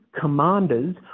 commanders